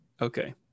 Okay